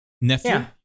Nephew